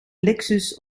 lexus